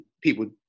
people